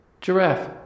giraffe